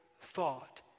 thought